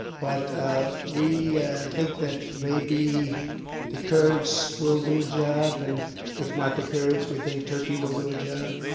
but ah we think that maybe the kurds will do a job. and if not the kurds, we think turkey will do a job.